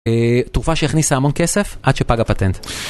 תרופה שהכניסה המון כסף עד שפג הפטנט.